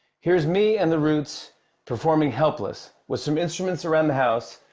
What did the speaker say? here is me and the roots performing helpless with some instruments around the house,